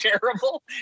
terrible